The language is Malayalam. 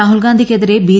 രാഹുൽഗാന്ധിക്കെതിരെ ബി